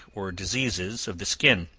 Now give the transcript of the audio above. or diseases of the skin.